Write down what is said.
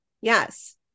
Yes